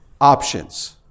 Options